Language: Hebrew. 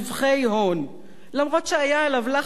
אף שהיה עליו לחץ אדיר לא להטיל את